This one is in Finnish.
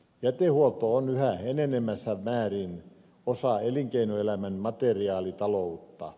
jätehuolto on yhä enenevässä määrin osa elinkeinoelämän materiaalitaloutta